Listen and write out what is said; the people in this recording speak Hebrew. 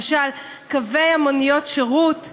למשל קווי מוניות שירות.